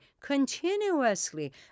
continuously